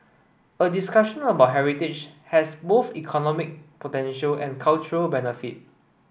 a discussion about heritage has both economic potential and cultural benefit